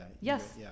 yes